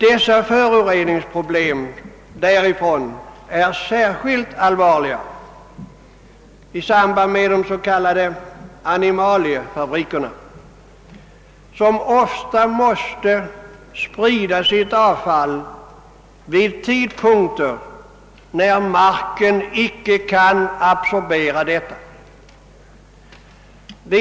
Dessa föroreningsproblem är särskilt allvarliga när det gäller de s.k. animaliefabrikerna, som ofta måste sprida sitt avfall vid tidpunkter när marken icke kan absorbera det.